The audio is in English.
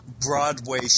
Broadway